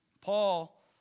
Paul